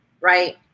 right